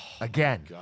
again